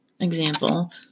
example